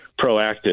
proactive